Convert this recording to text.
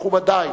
מכובדי,